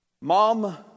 Mom